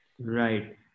Right